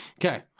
Okay